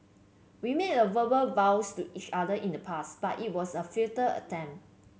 we made a verbal vows to each other in the past but it was a futile attempt